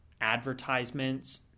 advertisements